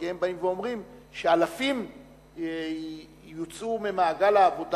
כי הם באים ואומרים שאלפים יוצאו ממעגל העבודה